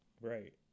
right